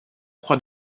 croix